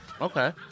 Okay